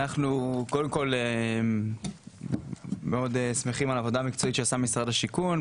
אנחנו קודם כל מאוד שמחים על העבודה המקצועית שעשה משרד השיכון,